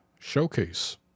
Showcase